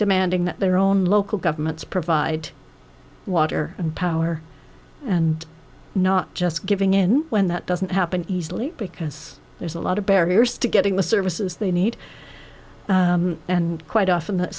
demanding that their own local governments provide water and power and not just giving in when that doesn't happen easily because there's a lot of barriers to getting the services they need and quite often th